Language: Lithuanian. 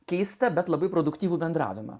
keistą bet labai produktyvų bendravimą